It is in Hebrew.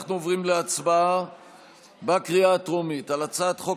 אנחנו עוברים להצבעה בקריאה הטרומית על הצעת חוק